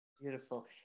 Beautiful